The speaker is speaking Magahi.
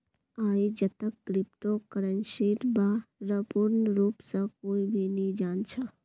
आईजतक क्रिप्टो करन्सीर बा र पूर्ण रूप स कोई भी नी जान छ